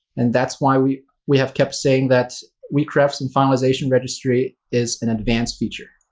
and that's why we we have kept saying that weakrefs and finalizationregistry is an advanced feature.